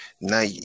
Now